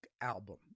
album